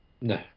No